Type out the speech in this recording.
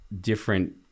different